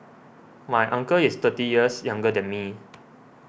my uncle is thirty years younger than me